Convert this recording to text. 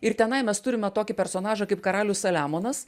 ir tenai mes turime tokį personažą kaip karalius saliamonas